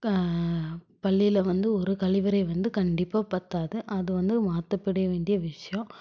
க பள்ளியில் வந்து ஒரு கழிவறை வந்து கண்டிப்பாக பற்றாது அது வந்து மாற்றப்படிய வேண்டிய விஷயம்